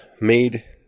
made